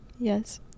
Yes